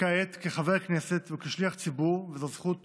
כעת, כחבר כנסת וכשליח ציבור, וזו זכות